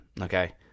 Okay